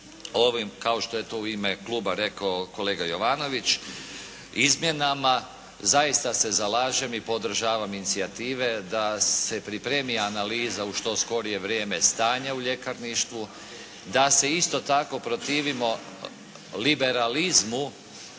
kao što je to u ime kluba rekao kolega Jovanović izmjenama zaista se zalažem i podržavam inicijative da se pripremi analiza u što skorije vrijeme stanja u ljekarništvu. Da se isto tako protivimo liberalizmu